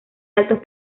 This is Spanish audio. altos